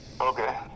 Okay